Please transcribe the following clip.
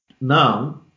now